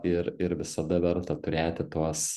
ir ir visada verta turėti tuos